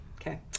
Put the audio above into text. Okay